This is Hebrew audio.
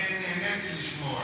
אני נהניתי לשמוע.